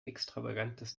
extravagantes